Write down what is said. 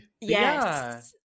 yes